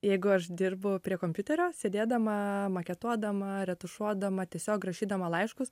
jeigu aš dirbu prie kompiuterio sėdėdama maketuodama retušuodama tiesiog rašydama laiškus